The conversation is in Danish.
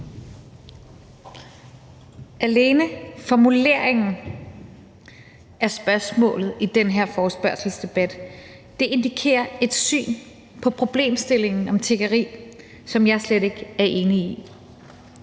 Alene formuleringen af spørgsmålet i den her forespørgselsdebat indikerer et syn på problemstillingen om tiggeri, som jeg slet ikke er enig i.